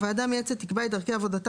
(ג) הוועדה המייעצת תקבע את דרכי עבודתה